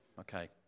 Okay